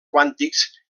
quàntics